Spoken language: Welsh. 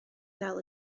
ddal